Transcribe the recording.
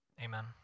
Amen